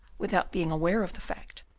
without being aware of the fact,